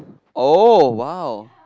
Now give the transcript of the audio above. oh !wow!